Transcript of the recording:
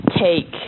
take